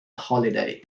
holiday